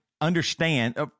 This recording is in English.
understand